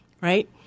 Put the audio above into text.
right